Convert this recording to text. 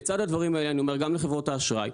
לצד הדברים האלה אני אומר גם לחברות האשראי,